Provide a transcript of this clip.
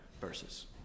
verses